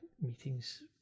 meetings